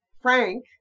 Frank